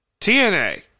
TNA